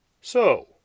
So